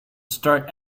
start